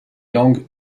langues